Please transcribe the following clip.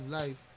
life